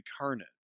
incarnate